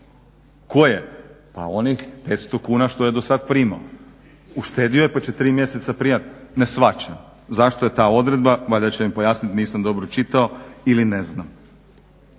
Koje? Pa onih 500 kuna što je do sad primao. Uštedio je pa će tri mjeseca primati. Ne shvaćam zašto je ta odredba. Valjda će mi pojasniti, nisam dobro čitao ili ne znam.